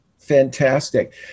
Fantastic